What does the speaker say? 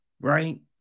right